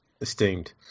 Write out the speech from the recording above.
Esteemed